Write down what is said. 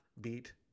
beat